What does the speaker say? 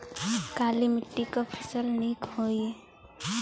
काली मिट्टी क फसल नीक होई?